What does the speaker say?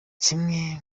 kimwe